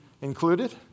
included